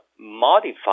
modify